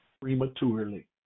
prematurely